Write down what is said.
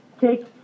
take